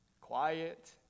quiet